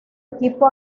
equipo